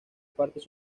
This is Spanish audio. partes